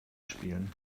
spielen